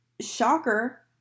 Shocker